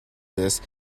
this